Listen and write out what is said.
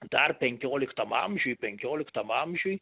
dar penkioliktam amžiuj penkioliktam amžiuj